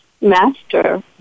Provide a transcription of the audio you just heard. master